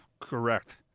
correct